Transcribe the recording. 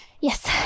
Yes